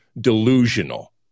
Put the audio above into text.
delusional